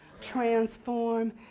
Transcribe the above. transform